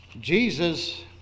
Jesus